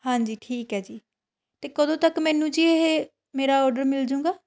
ਹਾਂਜੀ ਠੀਕ ਹੈ ਜੀ ਅਤੇ ਕਦੋਂ ਤੱਕ ਮੈਨੂੰ ਜੀ ਇਹ ਮੇਰਾ ਔਡਰ ਮਿਲ ਜਾਵੇਗਾ